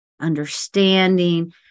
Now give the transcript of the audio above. understanding